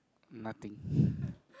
nothing